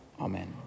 amen